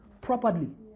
properly